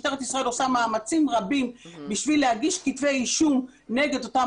משטרת ישראל עושה מאמצים רבים כדי להגיש כתבי אישום נגד אותם